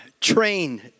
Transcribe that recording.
train